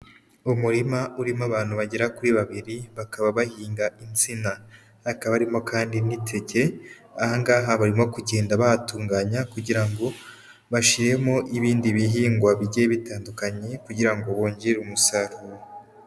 Umurima urimo abantu bagera kuri babiri, bakaba bahinga insina. Hakabarimo kandi n'iteke, aha ngaha barimo kugenda batunganya, kugira ngo bashyiremo ibindi bihingwa bijye bitandukanye, kugira ngo bongere umusaruro.